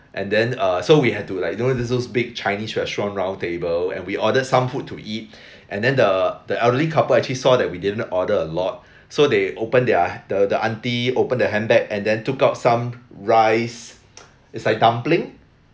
and then uh so we had to like you know those big chinese restaurant round table and we ordered some food to eat and then the the elderly couple actually saw we didn't order a lot so they open their the the auntie open the handbag and then took out some rice it's like dumpling